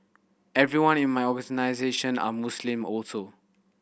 everyone in my organisation are Muslim also